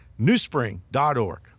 newspring.org